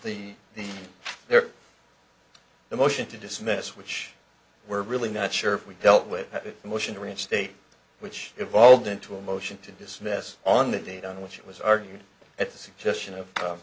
the their the motion to dismiss which we're really not sure if we dealt with a motion to reinstate which evolved into a motion to dismiss on the date on which it was argued at the suggestion of